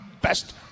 best